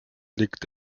liegt